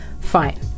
fine